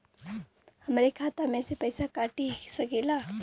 हमरे खाता में से पैसा कटा सकी ला?